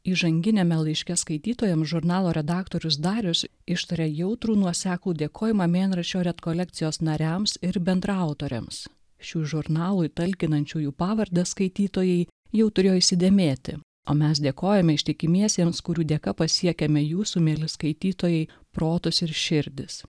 įžanginiame laiške skaitytojam žurnalo redaktorius darius ištarė jautrų nuoseklų dėkojimą mėnraščio rekolekcijos nariams ir bendraautoriams šių žurnalui talkinančiųjų pavardę skaitytojai jau turėjo įsidėmėti o mes dėkojame ištikimiesiems kurių dėka pasiekėme jūsų mieli skaitytojai protus ir širdis